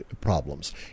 problems